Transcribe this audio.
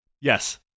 yes